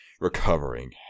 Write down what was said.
recovering